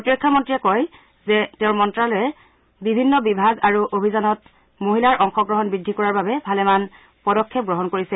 প্ৰতিৰক্ষা মন্ত্ৰীয়ে কয় যে তেওঁৰ মন্ত্ৰালয়ে বিভিন্ন বিভাগ আৰু অভিযানত মহিলাৰ অংশগ্ৰহণ বৃদ্ধি কৰাৰ বাবে ভালেমান পদক্ষেপ গ্ৰহণ কৰিছে